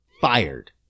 fired